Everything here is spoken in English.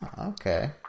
Okay